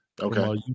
Okay